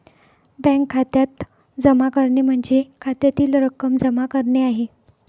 bank खात्यात जमा करणे म्हणजे खात्यातील रक्कम जमा करणे आहे